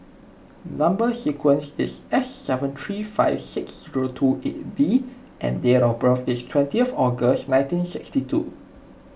Number Sequence is S seven three five six zero two eight D and date of birth is twentieth August nineteen sixty two